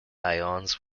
ions